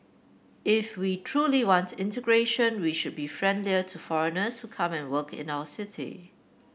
if we truly want integration we should be friendlier to foreigners who come and work in our city